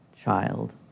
child